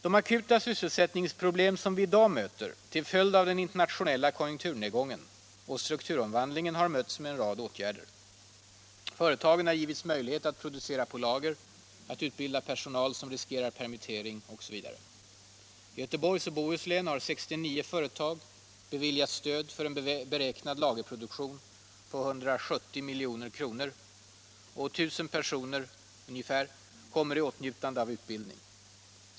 De akuta sysselsättningsproblem som vi i dag möter till följd av den internationella konjunkturnedgången och strukturomvandlingen har mötts med en rad åtgärder. Företagen har givits möjlighet att producera på lager, att utbilda personal som riskerar permittering osv. I Göteborgs och Bohus län har 69 företag beviljats stöd för en beräknad lagerproduktion om 170 milj.kr., och ungefär 1 000 personer kommer i åtnjutande av utbildning.